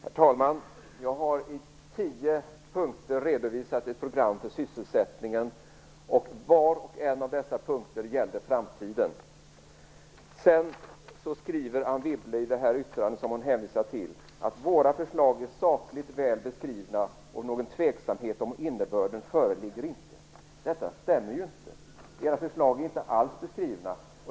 Herr talman! Jag har i tio punkter redovisat ett program för sysselsättningen. Var och en av dessa tio punkter gäller framtiden. Anne Wibble skriver i det yttrande som hon hänvisar till: "Våra förslag är också sakligt väl beskrivna och någon tveksamhet om innebörden föreligger inte." Detta stämmer ju inte! Era förslag är inte alls beskrivna.